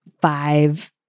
five